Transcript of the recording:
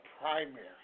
primary